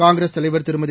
காங்கிரஸ் தலைவர் திருமதி